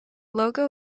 logo